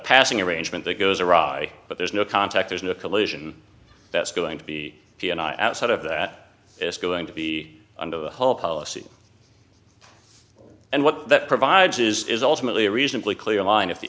passing arrangement that goes awry but there's no contact there's no collision that's going to be he and i outside of that it's going to be under the whole policy and what that provides is ultimately a reasonably clear line if the